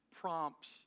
prompts